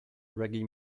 reggae